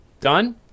done